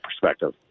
perspective